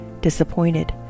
disappointed